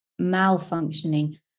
malfunctioning